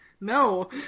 No